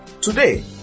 Today